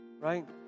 right